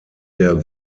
der